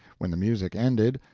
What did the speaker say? when the music ended,